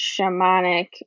shamanic